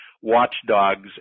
watchdogs